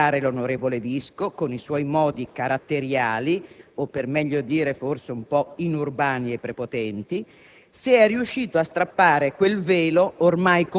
Oggi dobbiamo però ringraziare l'onorevole Visco, con i suoi modi caratteriali, o per meglio dire forse un po' inurbani e prepotenti,